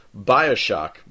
Bioshock